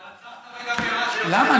למה?